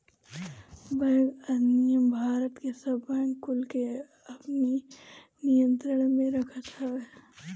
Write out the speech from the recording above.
bank अधिनियम भारत के सब बैंक कुल के अपनी नियंत्रण में रखत हवे